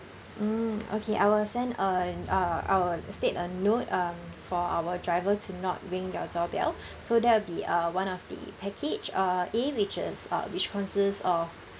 mm okay I will send a uh I will state a note um for our driver to not ring your doorbell so that'll be uh one of the package uh A which is uh which consists of